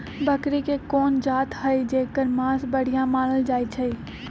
बकरी के कोन जात हई जेकर मास बढ़िया मानल जाई छई?